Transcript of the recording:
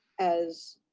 as,